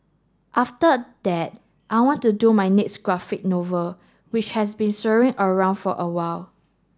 after that I want to do my next graphic novel which has been swirling around for a while